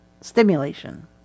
stimulation